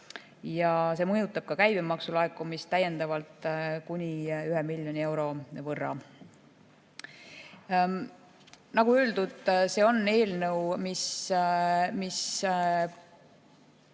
ja see mõjutab ka käibemaksu laekumist täiendavalt kuni 1 miljoni euro võrra. Nagu öeldud, see on eelnõu, mis